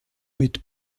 mit